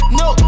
no